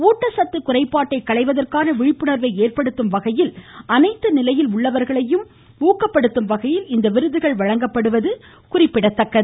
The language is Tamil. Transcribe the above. ஊட்டச்சத்து குறைபாட்டை களைவதற்கான விழிப்புணர்வை ஏற்படுத்தும் வகையில் அனைத்து நிலையில் உள்ளவர்களையும் ஊக்கமளிக்கும் வகையில் இந்த விருதுகள் அளிக்கப்படுவது குறிப்பிடத்தக்கது